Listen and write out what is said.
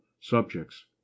subjects